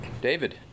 David